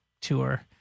tour